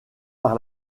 par